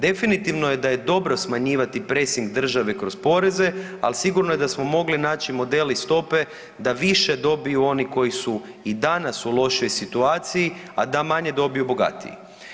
Definitivno je da je dobro smanjivati presing države kroz poreze, ali sigurno je da smo mogli naći model i stope da više dobiju oni koji su i danas u lošijoj situaciji, a da manje dobiju bogatiji.